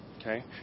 okay